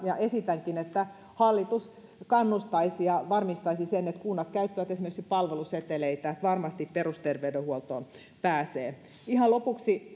ja esitänkin että hallitus kannustaisi ja varmistaisi sen että kunnat käyttävät esimerkiksi palveluseteleitä että varmasti perusterveydenhuoltoon pääsee ihan lopuksi